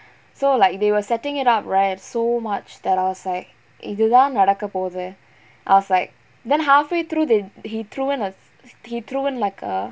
so like they were setting it up right so much that I was like இது தான் நடக்க போது:ithu thaan nadakka pothu I was like then halfway through the he threw in a he threw in like a